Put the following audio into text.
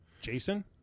Jason